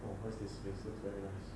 !wah! what's this place looks very nice